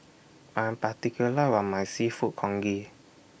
I Am particular Are My Seafood Congee